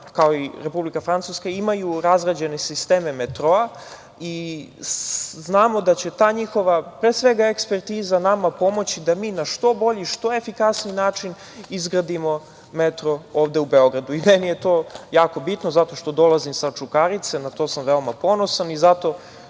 kao i Republika Francuska, imaju razrađene sisteme metroa i znamo da će ta njihova, pre svega, ekspertiza nama pomoći da na što bolji i što efikasniji način izgradimo metro ovde u Beogradu. Meni je to jako bitno zato što dolazim sa Čukarice i na to sam veoma ponosan i zato